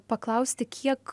paklausti kiek